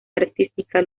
artística